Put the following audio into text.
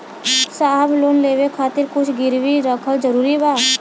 साहब लोन लेवे खातिर कुछ गिरवी रखल जरूरी बा?